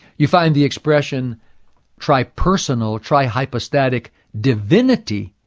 you find the expression tri-personal, tri-hypostatic divinity,